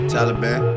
Taliban